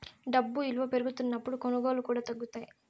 డబ్బు ఇలువ పెరుగుతున్నప్పుడు కొనుగోళ్ళు కూడా తగ్గుతాయి